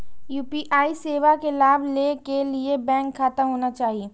UPI सेवा के लाभ लै के लिए बैंक खाता होना चाहि?